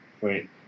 Wait